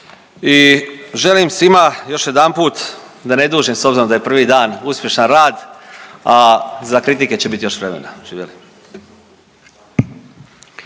i želim svima još jedanput, da ne dužim s obzirom da je prvi dan, uspješan rad, a za kritike će bit još vremena. Živjeli.